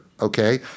Okay